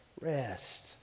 rest